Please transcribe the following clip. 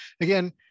again